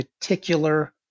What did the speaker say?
particular